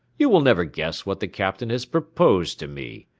you will never guess what the captain has proposed to me.